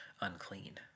unclean